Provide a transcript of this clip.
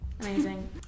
amazing